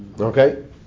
Okay